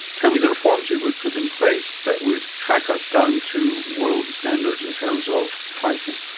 tell me the reforms you would put in place that would track us down to world standards in terms of pricing.